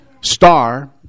Star